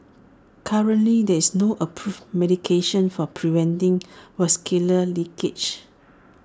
currently there is no approved medication for preventing vascular leakage